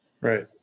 Right